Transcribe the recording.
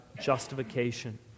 justification